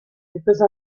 because